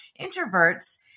introverts